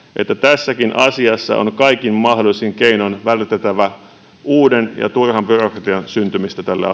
että tässäkin asiassa on kaikin mahdollisin keinoin vältettävä uuden ja turhan byrokratian syntymistä tällä